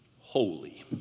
holy